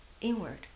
inward